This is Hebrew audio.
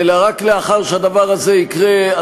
ורק לאחר שהדבר הזה יקרה,